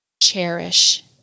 cherish